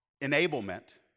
enablement